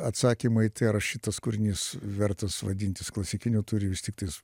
atsakymai tai ar šitas kūrinys vertas vadintis klasikiniu turi vis tik tais